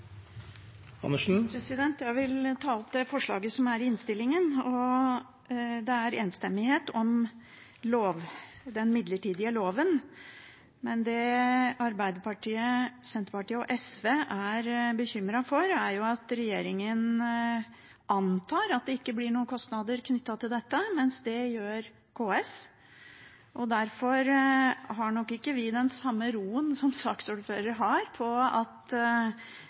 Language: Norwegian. enstemmighet om den midlertidige loven, men det Arbeiderpartiet, Senterpartiet og SV er bekymret for, er at regjeringen antar at det ikke blir noen kostnader knyttet til dette, men det gjør KS. Derfor har nok ikke vi den samme roen som saksordføreren har når det gjelder at